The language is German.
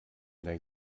dein